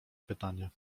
pytanie